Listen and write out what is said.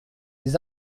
des